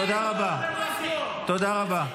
תודה רבה.